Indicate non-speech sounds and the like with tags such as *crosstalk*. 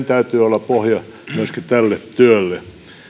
*unintelligible* täytyy olla pohja myöskin tälle työlle